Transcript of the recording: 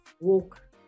walk